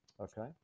okay